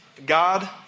God